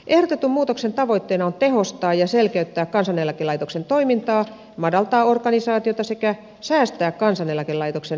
ehdotetun muutoksen tavoitteena on tehostaa ja selkeyttää kansaneläkelaitoksen toimintaa madaltaa organisaatiota sekä säästää kansaneläkelaitoksen hallintokuluja